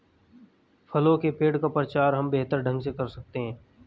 फलों के पेड़ का प्रचार हम बेहतर ढंग से कर सकते हैं